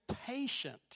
patient